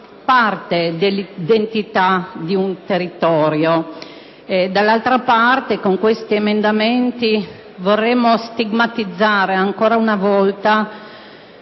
Dall'altra parte, con questi emendamenti vorremmo stigmatizzare ancora una volta